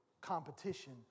competition